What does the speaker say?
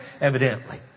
evidently